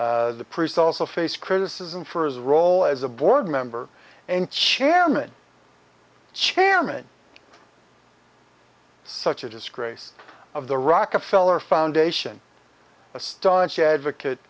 the priest also faced criticism for his role as a board member and chairman chairman such as grace of the rockefeller foundation a staunch advocate